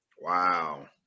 Wow